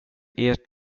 ert